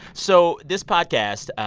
so this podcast,